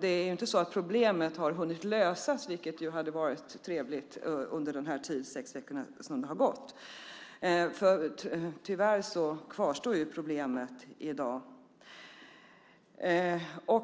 Det är inte så att problemet har hunnit lösas, vilket skulle ha varit trevligt, under de sex veckor som har gått sedan interpellationen skrevs. Tyvärr kvarstår problemet i dag.